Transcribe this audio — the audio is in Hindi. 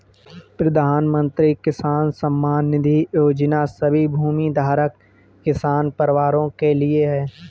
प्रधानमंत्री किसान सम्मान निधि योजना सभी भूमिधारक किसान परिवारों के लिए है